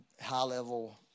high-level